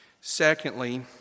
secondly